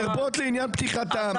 לרבות לעניין פתיחתם --- אדוני השר המיועד,